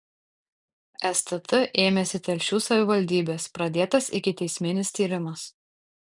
stt ėmėsi telšių savivaldybės pradėtas ikiteisminis tyrimas